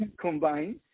combined